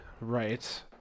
right